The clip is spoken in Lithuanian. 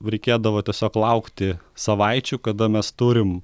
reikėdavo tiesiog laukti savaičių kada mes turim